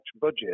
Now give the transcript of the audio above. budget